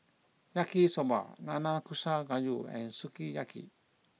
Yaki Soba Nanakusa Gayu and Sukiyaki